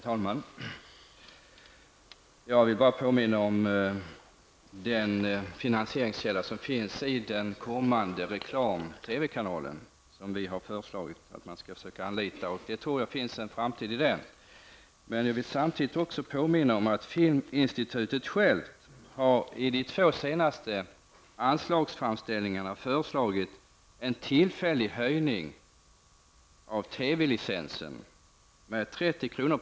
Herr talman! Jag vill bara påminna om den finansieringskälla som finns i den kommande reklam-TV-kanalen. Det är en finansieringskälla som vi har föreslagit att man skall använda sig av, och jag tror att det finns en framtid i den. Jag vill samtidigt påminna om att Filminstitutet självt vid de två senaste anslagsframställningarna har föreslagit en tillfällig höjning av TV-licensen med 30 kr.